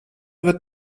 wird